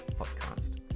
Podcast